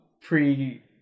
pre